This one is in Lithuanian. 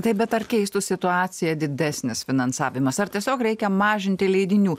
taip bet ar keistų situaciją didesnis finansavimas ar tiesiog reikia mažinti leidinių